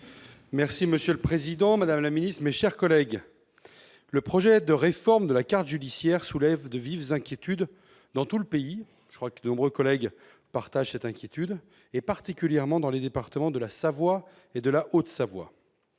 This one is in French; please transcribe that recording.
Monsieur le président, madame la ministre, mes chers collègues, le projet de réforme de la carte judiciaire soulève de vives inquiétudes dans tout le pays- de nombreux collègues partagent, je crois, cette inquiétude -, et particulièrement dans les départements de la Savoie et de la Haute-Savoie.